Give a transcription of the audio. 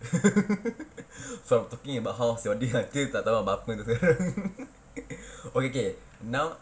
so I was talking about how's your day until tak tahu buat apa okay K now